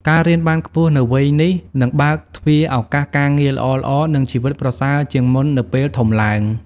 ការរៀនបានខ្ពស់នៅវ័យនេះ នឹងបើកទ្វារឱកាសការងារល្អៗ និងជីវិតប្រសើរជាងមុននៅពេលធំឡើង ។